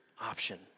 option